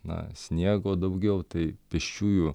na sniego daugiau tai pėsčiųjų